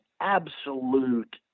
absolute